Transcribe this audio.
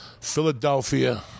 Philadelphia